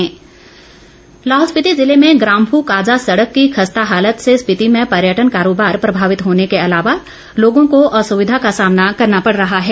सड़क मार्ग लाहौल स्पीति ज़िले में ग्राम्फू काजा सड़क की खस्ता हालत से स्पीति में पर्यटन कारोबार प्रभावित होने के अलावा लोगों को असुविधा का सामना करना पड़ रहा है